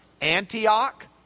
Antioch